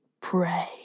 Pray